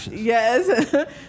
Yes